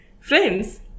Friends